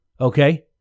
Okay